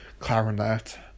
Clarinet